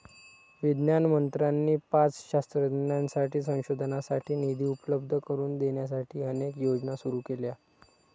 विज्ञान मंत्र्यांनी पात्र शास्त्रज्ञांसाठी संशोधनासाठी निधी उपलब्ध करून देण्यासाठी अनेक योजना सुरू केल्या